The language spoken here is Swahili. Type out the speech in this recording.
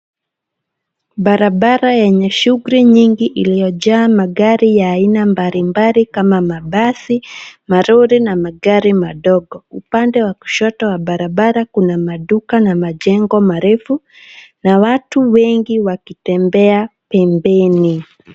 Barabara yenye shughuli nyingi iliojaa magari ya aina mbalimbali kama mabasi, malori na magari madogo. Upande wa kushoto wa barabara kuna maduka na majengo marefu na watu wengi wakitembea pembeni.